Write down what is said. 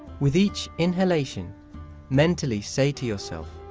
with each inhalation mentally say to yourself,